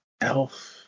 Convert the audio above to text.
Elf